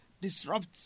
disrupt